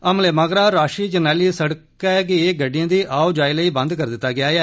हमले मगरा राष्ट्रीय जरनैली सड़कै गी गड्डिएं दी आओ जाई लेई बंद करी दिता गेआ ऐ